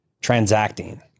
transacting